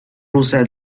rusa